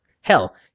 Hell